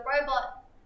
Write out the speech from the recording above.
robot